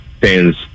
fans